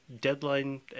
deadline